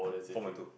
four point two